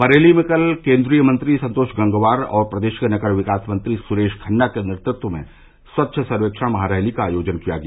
बरेली में कल केन्द्रीय मंत्री संतोष गंगवार और प्रदेश के नगर विकास मंत्री सुरेश खन्ना के नेतृत्व में स्वच्छ सर्वेक्षण महारैली का आयोजन किया गया